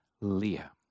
Leah